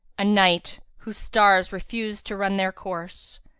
a night whose stars refused to run their course,